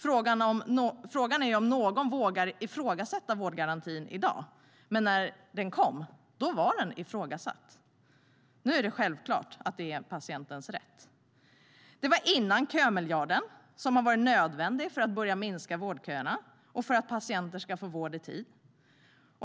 Frågan är om någon vågar ifrågasätta vårdgarantin i dag, men den var ifrågasatt när den kom. Nu är det självklart att det är patientens rätt. Det var före kömiljarden, som har varit nödvändig för att minska vårdköerna och för att patienter ska få vård i tid.